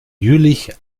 jüllich